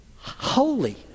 holy